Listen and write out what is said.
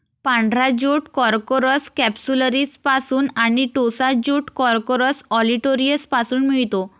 पांढरा jute corchorus कॅप्सुलरिसपासून आणि टोसा ज्यूट कॉर्कोरस ऑलिटोरियसपासून मिळतो